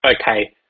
okay